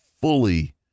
fully